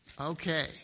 Okay